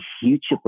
huge